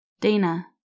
Dana